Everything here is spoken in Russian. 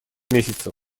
месяцев